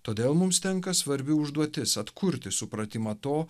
todėl mums tenka svarbi užduotis atkurti supratimą to